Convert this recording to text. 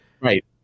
right